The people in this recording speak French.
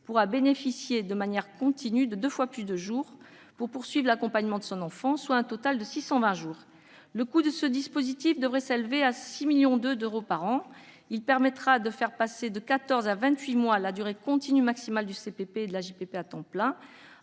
pourra bénéficier de manière continue de deux fois plus de jours pour poursuivre l'accompagnement de son enfant, soit un total de 620 jours. Le coût de ce dispositif devrait s'élever à 6,2 millions d'euros par an. Il permettra de faire passer de quatorze à vingt-huit mois la durée continue maximale du CPP et de l'AJPP à temps plein.